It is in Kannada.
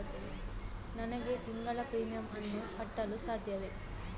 ನನಗೆ ತಿಂಗಳ ಪ್ರೀಮಿಯಮ್ ಅನ್ನು ಕಟ್ಟಲು ಸಾಧ್ಯವೇ?